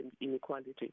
inequality